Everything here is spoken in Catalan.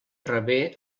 rebé